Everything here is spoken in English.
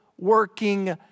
working